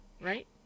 Right